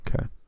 Okay